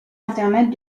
internet